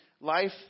life